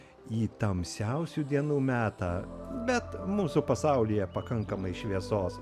į tamsiausių dienų metą bet mūsų pasaulyje pakankamai šviesos